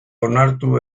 onartu